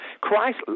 Christ